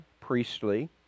priestly